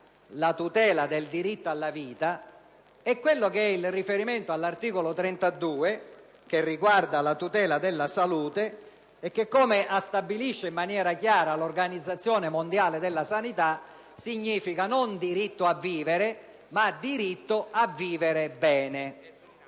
alla tutela del diritto alla vita, e il riferimento all'articolo 32, che riguarda la tutela della salute e che, come stabilisce in maniera chiara l'Organizzazione mondiale della sanità, non va inteso come diritto a vivere, ma diritto a vivere bene.